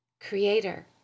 Creator